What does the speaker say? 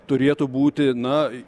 turėtų būti na